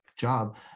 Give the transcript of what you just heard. job